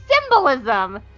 symbolism